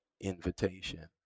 invitation